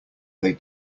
they